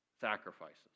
sacrifices